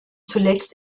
zuletzt